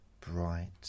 bright